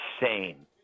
insane